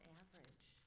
average